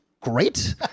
great